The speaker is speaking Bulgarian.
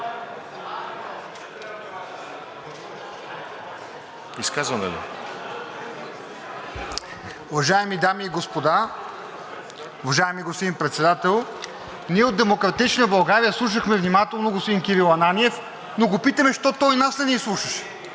ДИМИТРОВ (ДБ): Уважаеми дами и господа, уважаеми господин Председател! Ние от „Демократична България“ слушахме внимателно господин Кирил Ананиев, но го питаме защо той нас не ни слушаше.